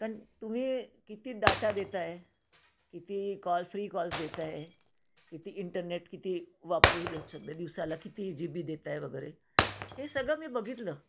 कारण तुम्ही किती डाटा देता आहात किती कॉल फ्री कॉल्स देता आहात किती इंटरनेट किती वापरू देऊ दिवसाला किती जी बी देत आहात वगैरे हे सगळं मी बघितलं